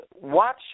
watch